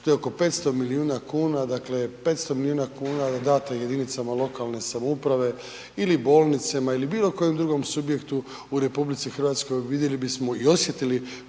što je oko 500 milijuna kuna, dakle 500 milijuna kuna da date jedinicama lokalne samouprave ili bolnicama ili bilokojem drugom subjektu u RH, vidjeli bismo i osjetili